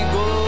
go